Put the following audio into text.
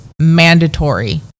mandatory